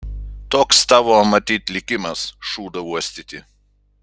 toks tavo matyt likimas šūdą uostyti